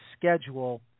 schedule